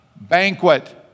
banquet